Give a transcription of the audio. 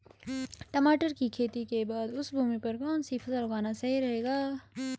टमाटर की खेती के बाद उस भूमि पर कौन सी फसल उगाना सही रहेगा?